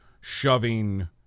shoving